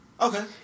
Okay